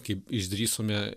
kaip išdrįsome